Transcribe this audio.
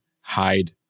hide